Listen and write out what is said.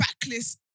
backless